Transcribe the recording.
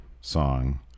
song